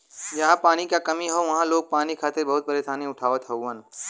जहां पानी क कमी हौ वहां लोग पानी खातिर बहुते परेशानी उठावत हउवन